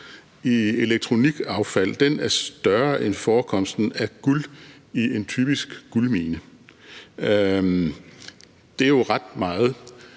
i elektronikaffald er større end forekomsten af guld i en typisk guldmine. Det er jo ret meget,